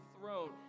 throne